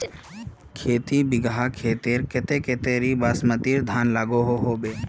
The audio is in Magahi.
खेती बिगहा खेतेर केते कतेरी बासमती धानेर लागोहो होबे?